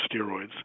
steroids